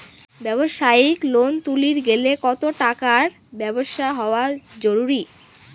ব্যবসায়িক লোন তুলির গেলে কতো টাকার ব্যবসা হওয়া জরুরি?